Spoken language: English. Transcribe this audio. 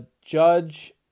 Judge